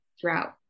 throughout